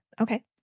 Okay